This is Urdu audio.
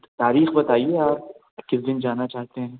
تاریخ بتایئے آپ کِس دِن جانا چاہتے ہیں